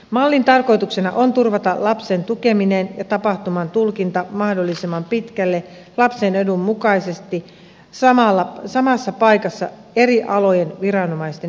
mallin tarkoituksena on turvata lapsen tukeminen ja tapahtuman tulkinta mahdollisimman pitkälle lapsen edun mukaisesti samassa paikassa eri alojen viranomaisten yhteistyönä